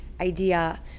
idea